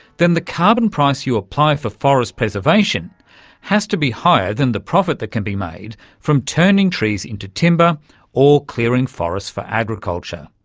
then the carbon price you apply for forest preservation has to be higher than the profit that can be made from turning trees into timber or clearing forests for agriculture.